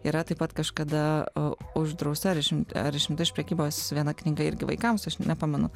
yra taip pat kažkada uždrausta ar išim ar išimta iš prekybos viena knyga irgi vaikams aš nepamenu